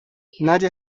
nadia